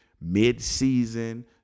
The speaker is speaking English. mid-season